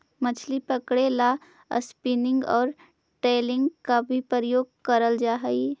मछली पकड़े ला स्पिनिंग और ट्रोलिंग का भी प्रयोग करल हई